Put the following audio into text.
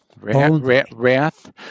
Wrath